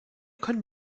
können